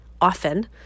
often